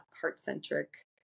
heart-centric